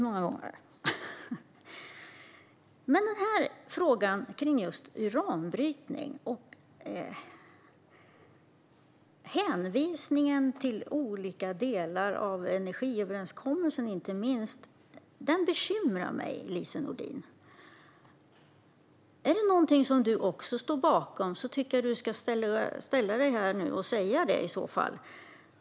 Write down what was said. Men den här frågan om just uranbrytning och hänvisningen till olika delar av inte minst energiöverenskommelsen bekymrar mig, Lise Nordin. Är det någonting som du också står bakom tycker jag att du ska säga det nu i så fall.